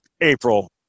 April